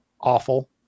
awful